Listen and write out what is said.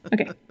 Okay